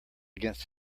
against